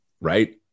right